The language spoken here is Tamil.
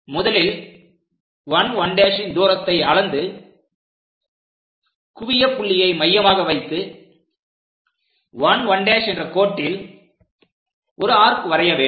முதலில் 1 1' ன் தூரத்தை அளந்து குவிய புள்ளியை மையமாக வைத்து 1 1' என்ற கோட்டில் ஒரு ஆர்க் வரைய வேண்டும்